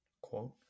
Quote